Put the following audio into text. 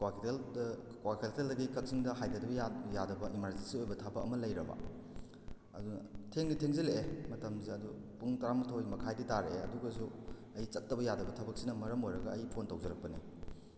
ꯀ꯭ꯋꯥꯀꯩꯊꯦꯜꯗ ꯀ꯭ꯋꯥꯀꯩꯊꯦꯜꯗꯒꯤ ꯀꯛꯆꯤꯡꯗ ꯍꯥꯏꯊꯗꯕ ꯌꯥꯗꯕ ꯏꯃꯥꯔꯖꯦꯟꯁꯤ ꯑꯣꯏꯕ ꯊꯕꯛ ꯑꯃ ꯂꯩꯔꯕ ꯑꯗꯨꯅ ꯊꯦꯡꯗꯤ ꯊꯦꯡꯖꯤꯜꯂꯛꯑꯦ ꯃꯇꯝꯁꯦ ꯑꯗꯨ ꯄꯨꯡ ꯇꯔꯥ ꯃꯥꯊꯣꯏ ꯃꯈꯥꯏꯗꯤ ꯇꯥꯔꯛꯑꯦ ꯑꯗꯨ ꯑꯣꯏꯔꯒꯁꯨ ꯑꯩ ꯆꯠꯇꯕ ꯌꯥꯗꯕ ꯊꯕꯛꯁꯤꯅ ꯃꯔꯝ ꯑꯣꯏꯔꯒ ꯑꯩ ꯐꯣꯟ ꯇꯧꯖꯔꯛꯄꯅꯦ